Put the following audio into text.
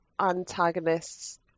antagonists